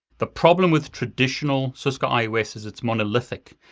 the problem with traditional cisco ios is it's monolithic.